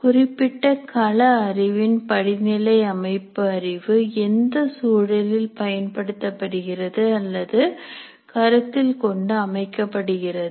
குறிப்பிட்ட கள அறிவின் படிநிலை அமைப்பு அறிவு எந்த சூழலில் பயன்படுத்தபடுகிறது அல்லது கருத்தில் கொண்டு அமைக்கப்படுகிறது